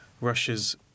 russia's